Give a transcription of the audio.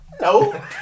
No